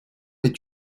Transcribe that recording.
est